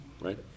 right